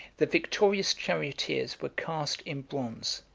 the victorious charioteers were cast in bronze,